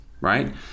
Right